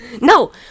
no